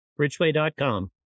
Bridgeway.com